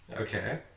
Okay